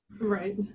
Right